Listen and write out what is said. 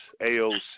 AOC